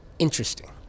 interesting